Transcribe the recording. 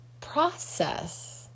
process